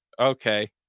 Okay